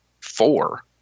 four